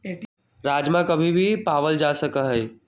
राजमा कभी भी पावल जा सका हई